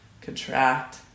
contract